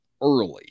early